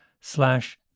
slash